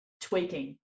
tweaking